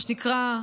מה שנקרא,